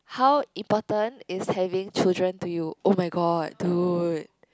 how important is having children to you oh-my-god dude